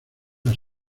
las